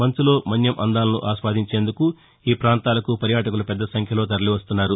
మంచులో మస్యం అందాలను ఆస్వాదించేందుకు ఈ ప్రాంతాలకు పర్యాటకులు పెద్దసంఖ్యలో తరలివస్తున్నారు